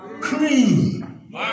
clean